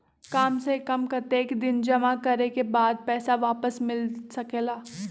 काम से कम कतेक दिन जमा करें के बाद पैसा वापस मिल सकेला?